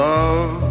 Love